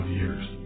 years